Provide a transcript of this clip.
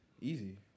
Easy